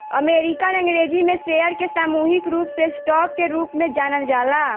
American अंग्रेजी में share के सामूहिक रूप से स्टॉक के रूप में जानल जाला